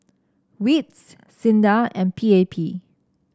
WITS SINDA and P A P